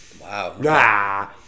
Wow